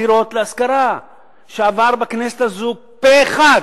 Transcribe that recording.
דירות להשכרה שעבר בכנסת הזאת פה-אחד,